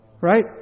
Right